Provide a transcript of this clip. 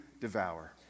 devour